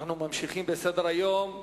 אנחנו ממשיכים בסדר-היום: